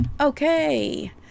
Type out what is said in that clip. Okay